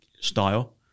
style